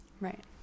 right